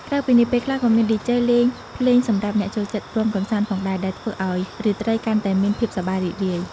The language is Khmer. ក្រៅពីនេះ ពេលខ្លះក៏មាន ឌីជេ លេងភ្លេងសម្រាប់អ្នកចូលចិត្តរាំកម្សាន្តផងដែរ ដែលធ្វើឲ្យរាត្រីកាន់តែមានភាពសប្បាយរីករាយ។